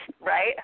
Right